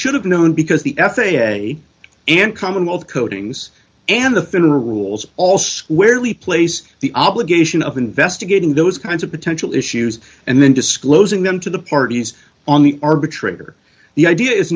should have known because the f a a and commonwealth codings and the federal rules all squarely place the obligation of investigating those kinds of potential issues and then disclosing them to the parties on the arbitrator the idea is